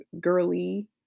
girly